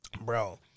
Bro